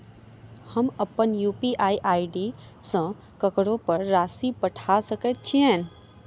हम अप्पन UPI ID सँ ककरो पर राशि पठा सकैत छीयैन?